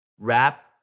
Rap